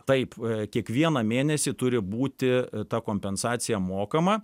taip kiekvieną mėnesį turi būti ta kompensacija mokama